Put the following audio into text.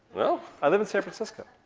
i live in san francisco.